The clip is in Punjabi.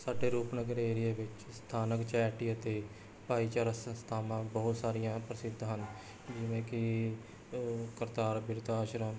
ਸਾਡੇ ਰੂਪਨਗਰ ਏਰੀਏ ਵਿੱਚ ਸਥਾਨਕ ਚੈਰਟੀ ਅਤੇ ਭਾਈਚਾਰਕ ਸੰਸਥਾਵਾਂ ਬਹੁਤ ਸਾਰੀਆਂ ਪ੍ਰਸਿੱਧ ਹਨ ਜਿਵੇਂ ਕਿ ਕਰਤਾਰ ਬਿਰਧ ਆਸ਼ਰਮ